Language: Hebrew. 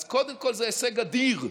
אז קודם כול זה הישג אדיר,